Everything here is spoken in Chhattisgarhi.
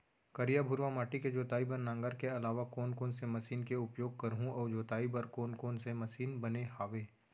करिया, भुरवा माटी के जोताई बर नांगर के अलावा कोन कोन से मशीन के उपयोग करहुं अऊ जोताई बर कोन कोन से मशीन बने हावे?